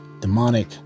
demonic